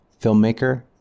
Filmmaker